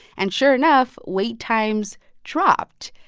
and sure enough, wait times dropped,